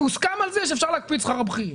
הוסכם על זה שאפשר להקפיא את שכר הבכירים.